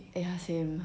ya same